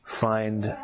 find